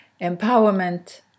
empowerment